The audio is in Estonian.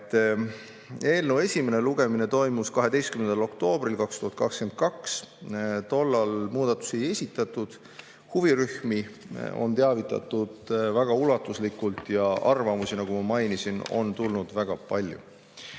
Eelnõu esimene lugemine toimus 12. oktoobril 2022. Tookord muudatusi ei esitatud. Huvirühmi on teavitatud väga ulatuslikult ja arvamusi, nagu ma mainisin, on tulnud väga palju.